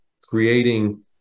creating